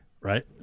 right